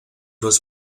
was